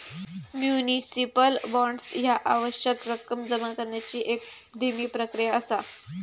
municipal bonds ह्या आवश्यक रक्कम जमा करण्याची एक धीमी प्रक्रिया असा